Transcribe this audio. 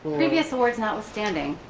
previous words notwithstanding.